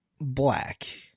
black